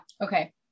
okay